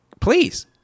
please